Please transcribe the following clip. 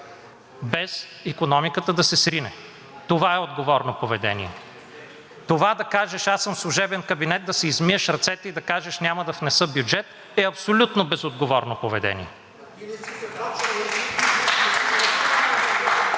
без икономиката да се срине. Това е отговорно поведение. Това да кажеш – аз съм служебен кабинет, да си измиеш ръцете и да кажеш няма да внеса бюджет, е абсолютно безотговорно поведение.